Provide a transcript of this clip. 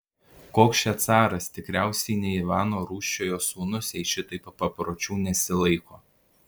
koks čia caras tikriausiai ne ivano rūsčiojo sūnus jei šitaip papročių nesilaiko